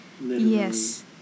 Yes